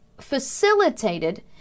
facilitated